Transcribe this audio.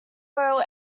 royal